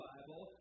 Bible